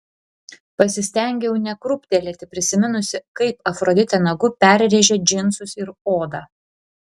pasistengiau nekrūptelėti prisiminusi kaip afroditė nagu perrėžė džinsus ir odą